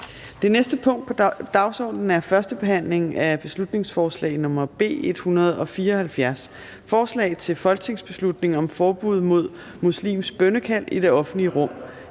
Det næste punkt på dagsordenen er: 17) 1. behandling af beslutningsforslag nr. B 174: Forslag til folketingsbeslutning om forbud mod muslimsk bønnekald i det offentlige rum.